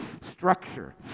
structure